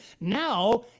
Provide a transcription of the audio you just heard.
Now